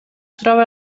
troba